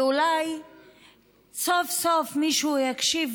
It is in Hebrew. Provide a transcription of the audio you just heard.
ואולי סוף-סוף מישהו יקשיב,